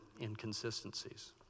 inconsistencies